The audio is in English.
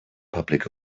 public